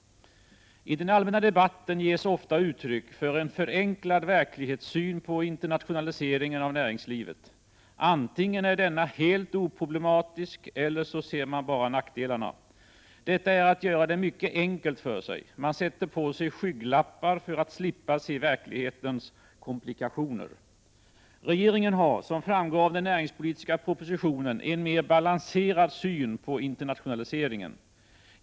I den allmänna debatten ges ofta uttryck för en förenklad verklighetssyn på internationaliseringen av näringslivet; antingen är denna helt oproblematisk eller så ser man bara nackdelarna. Detta är att göra det mycket enkelt för sig. 3 Man sätter på sig ”skygglappar” för att slippa se verklighetens komplikationer. Regeringen har — som framgår av den näringspolitiska propositionen — en mer balanserad syn på internationaliseringen.